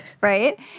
Right